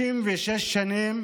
56 שנים